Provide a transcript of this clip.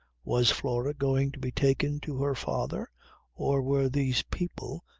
was flora going to be taken to her father or were these people,